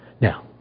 Now